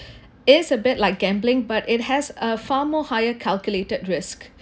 is a bit like gambling but it has a far more higher calculated risk